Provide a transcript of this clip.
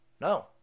No